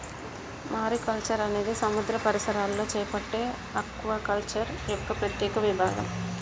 mariculture అనేది సముద్ర పరిసరాలలో చేపట్టే ఆక్వాకల్చర్ యొక్క ప్రత్యేక విభాగం